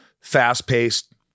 Fast-paced